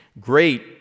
great